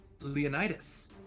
Leonidas